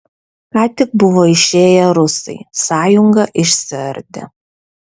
ką tik buvo išėję rusai sąjunga išsiardė